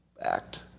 act